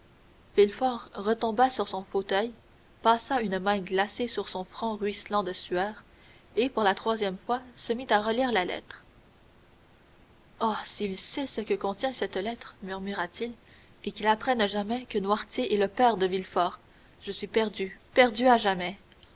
retomba sur son fauteuil passa une main glacée sur son front ruisselant de sueur et pour la troisième fois se mit à relire la lettre oh s'il sait ce que contient cette lettre murmura-t-il et qu'il apprenne jamais que noirtier est le père de villefort je suis perdu perdu à jamais